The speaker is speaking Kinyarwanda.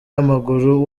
w’amaguru